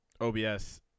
OBS